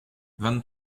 vingt